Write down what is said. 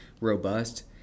robust